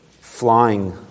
flying